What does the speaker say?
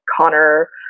Connor